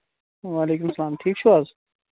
وعلیکُم سلام ٹھیٖک چھِو حظ